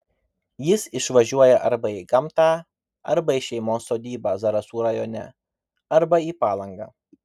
jis išvažiuoja arba į gamtą arba į šeimos sodybą zarasų rajone arba į palangą